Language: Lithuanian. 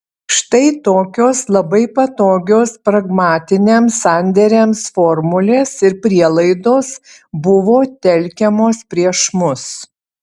štai tokios labai patogios pragmatiniams sandėriams formulės ir prielaidos buvo telkiamos prieš mus